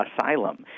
asylum